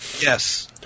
Yes